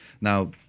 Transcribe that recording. Now